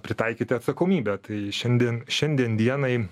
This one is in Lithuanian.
pritaikyti atsakomybę tai šiandien šiandien dienai